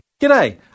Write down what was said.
G'day